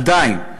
עדיין,